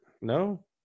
No